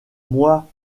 moi